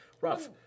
rough